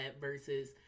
versus